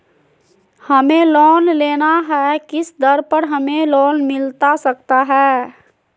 हमें लोन लेना है किस दर पर हमें लोन मिलता सकता है?